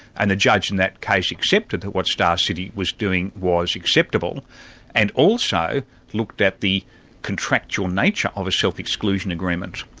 and the judge in that case accepted that what star city was doing, was acceptable and also looked at the contractual nature of a self-exclusion agreement.